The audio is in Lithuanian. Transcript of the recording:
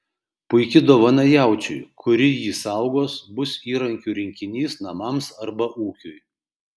puiki dovana jaučiui kuri jį saugos bus įrankių rinkinys namams arba ūkiui